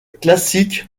classique